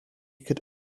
could